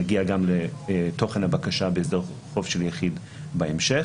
נגיע גם לתוכן הבקשה בהסדר חוב של יחיד בהמשך